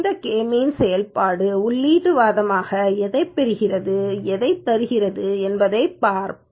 இந்த K means செயல்பாடு உள்ளீட்டு வாதங்களாக எதைப் பெறுகிறது அது எதைத் தருகிறது என்பதைப் பார்ப்போம்